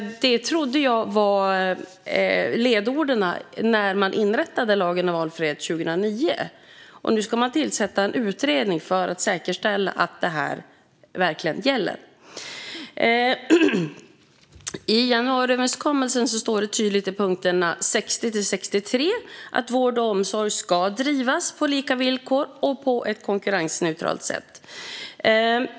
Det trodde jag var ledorden när man inrättade lagen om valfrihet 2009, och nu ska man tillsätta en utredning för att säkerställa att detta verkligen gäller. I januariöverenskommelsen står det tydligt i punkterna 60-63 att vård och omsorg ska drivas på lika villkor och på ett konkurrensneutralt sätt.